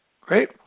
Great